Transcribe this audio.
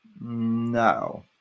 no